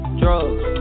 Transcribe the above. drugs